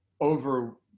over